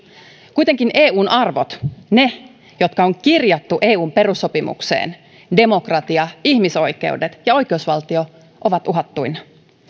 kuitenkin eun arvot ne jotka on kirjattu eun perussopimukseen demokratia ihmisoikeudet ja oikeusvaltio ovat uhattuina